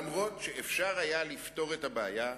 אף שאפשר היה לפתור את הבעיה,